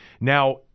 Now